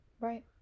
right